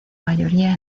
mayoría